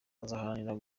azaharanira